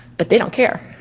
but they don't care.